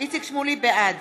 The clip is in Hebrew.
בעד